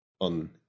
on